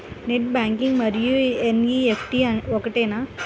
Net banking మరియు NEFT ఒకటేనా?